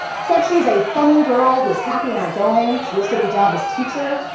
said she was a fun girl who is happy and outgoing. she listed her job as teacher.